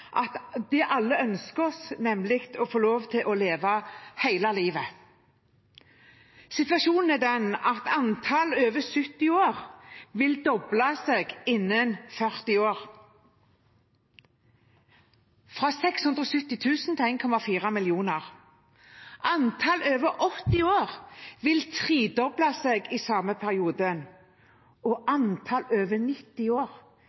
at det vi alle ønsker oss, er å få lov til å leve hele livet. Situasjonen er den at antallet over 70 år vil doble seg innen 40 år, fra 670 000 til 1,4 millioner. Antallet over 80 år vil tredoble seg i den samme perioden, og antallet over 90 år